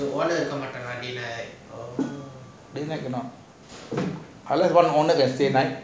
day night no other they can stay night